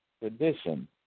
tradition